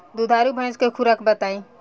दुधारू भैंस के खुराक बताई?